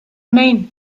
name